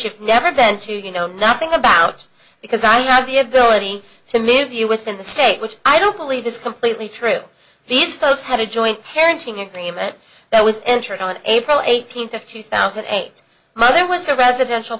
you've never been to you know nothing about because i have the ability to move you within the state which i don't believe is completely true these folks have a joint parenting agreement that was entered on april eighteenth of two thousand and eight mother was a residential